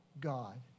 God